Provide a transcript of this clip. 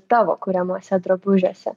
tavo kuriamuose drabužiuose